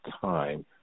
time